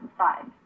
five